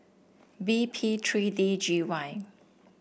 B P three D G Y